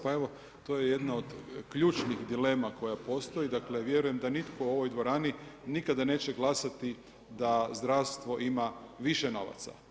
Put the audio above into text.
Pa evo to je jedna od ključnih dilema koja postoj, dakle vjerujem dan nitko u ovoj dvorani nikada neće glasati da zdravstvo ima više novaca.